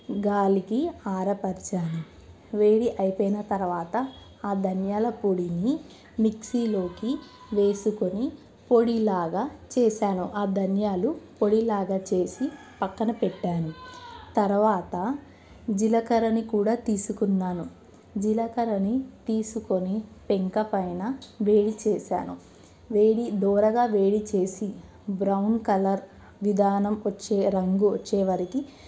గాలికి ఆరబెట్టాను వేడి అయిపోయిన తరువాత ఆ ధనియాల పొడిని మిక్సీలోకి వేసుకొని పొడిలాగా చేసాను ఆ ధనియాలు పొడిలాగా చేసి ప్రక్కన పెట్టాను తరువాత జీలకర్ర కూడా తీసుకున్నాను జీలకర్రని తీసుకొని పెంక పైన వేడి చేసాను వేడి దోరగా వేడి చేసి బ్రౌన్ కలర్ విధానం వచ్చే రంగు వచ్చే వరకి